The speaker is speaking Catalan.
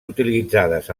utilitzades